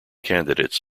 candidates